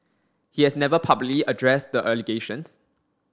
he has never publicly addressed the allegations